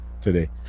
today